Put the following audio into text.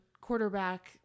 quarterback